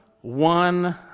one